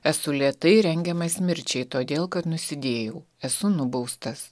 esu lėtai rengiamas mirčiai todėl kad nusidėjau esu nubaustas